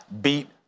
beat